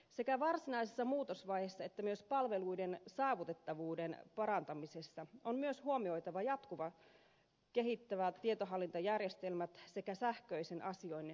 sekä varsinaisessa muutosvaiheessa että myös palveluiden saavutettavuuden parantamisessa on myös huomioitava jatkuvasti kehittyvät tietohallintajärjestelmät sekä sähköisen asioinnin lisääntyminen